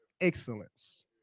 excellence